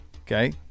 Okay